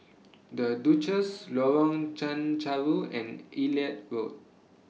The Duchess Lorong Chencharu and Elliot Road